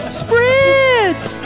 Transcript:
spritz